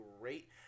great